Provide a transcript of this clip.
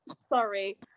sorry